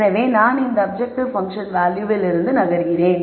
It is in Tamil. எனவே நான் இந்த அப்ஜெக்ட்டிவ் பன்ஃசன் வேல்யூவில் நகர்கிறேன்